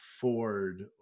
ford